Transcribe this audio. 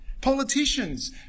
Politicians